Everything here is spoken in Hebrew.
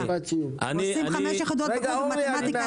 עושים חמש יחידות בגרות במתמטיקה,